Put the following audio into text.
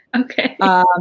Okay